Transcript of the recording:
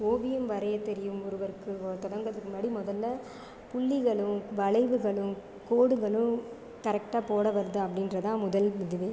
ஓவியம் வரைய தெரியும் ஒருவருக்கு தொடங்குகிறதுக்கு முன்னாடி முதல்ல புள்ளிகளும் வளைவுகளும் கோடுகளும் கரெக்டாக போட வருதா அப்படின்றது தான் முதல் இதுவே